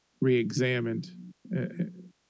re-examined